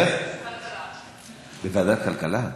בוועדת כלכלה?